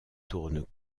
tourne